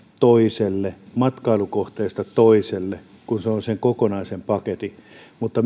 toiselle matkailukohteesta toiseen kun se on se kokonainen paketti mutta